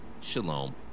shalom